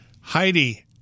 heidi